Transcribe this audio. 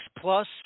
Plus